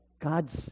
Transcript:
God's